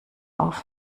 auf